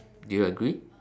do you agree